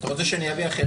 אתה רוצה שאני אביא אחרים?